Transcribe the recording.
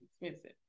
expensive